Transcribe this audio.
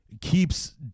keeps